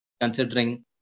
considering